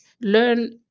learn